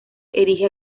erige